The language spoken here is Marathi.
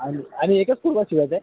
आणि आणि एकच कुर्ता शिवायचा आहे